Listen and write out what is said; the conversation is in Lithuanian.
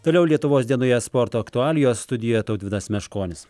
toliau lietuvos dienoje sporto aktualijos studijoje tautvydas meškonis